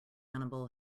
animal